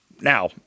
Now